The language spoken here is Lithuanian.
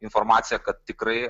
informaciją kad tikrai